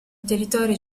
territorio